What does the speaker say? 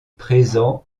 présent